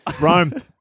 Rome